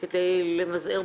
כדי למזער פגיעה.